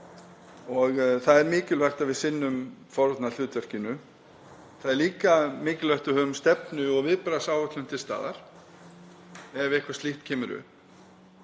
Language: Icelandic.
og það er mikilvægt að við sinnum forvarnarhlutverkinu. Það er líka mikilvægt að við höfum stefnu og viðbragðsáætlun til staðar ef eitthvað slíkt kemur upp.